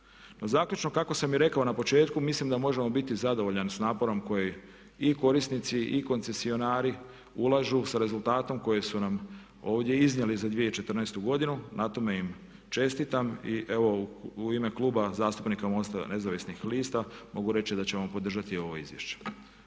No zaključno kako sam i rekao na početku mislim da možemo biti s naporom koji i korisnici i koncesionari ulažu s rezultatom koje su nam ovdje iznijeli za 2014.ghodinu, na tome im čestitam i evo u ime Kluba zastupnika MOST-a nezavisnih lista mogu reći da ćemo podržati ovo izvješće.